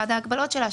אחת ההגבלות שלה,